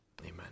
Amen